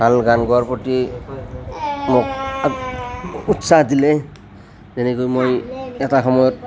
আৰু গান গোৱাৰ প্ৰতি মোক উৎসাহ দিলে তেনেকৈ মই এটা সময়ত